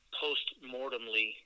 post-mortemly –